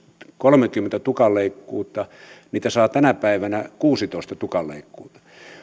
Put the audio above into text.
kolmekymmentä tukanleikkuuta niitä saa tänä päivänä kuusitoista